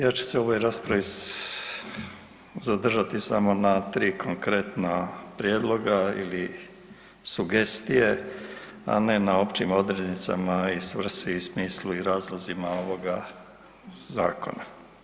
Ja ću se u ovoj raspravi zadržati samo na tri konkretna prijedloga ili sugestije, a ne na općim odrednicama i svrsi i smislu i razlozima ovoga zakona.